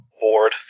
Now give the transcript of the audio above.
Bored